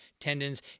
tendons